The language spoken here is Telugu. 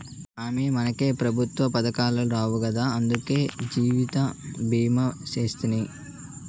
అమ్మో, మనకే పెఋత్వ పదకాలు రావు గదా, అందులకే జీవితభీమా సేస్తిని